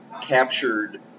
captured